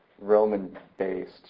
Roman-based